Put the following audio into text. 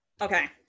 Okay